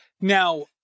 Now